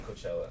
Coachella